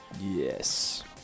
Yes